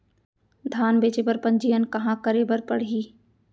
धान बेचे बर पंजीयन कहाँ करे बर पड़ही?